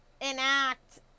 enact